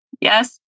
yes